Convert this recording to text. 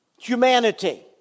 humanity